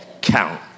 count